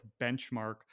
benchmark